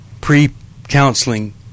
pre-counseling